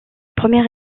première